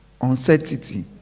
uncertainty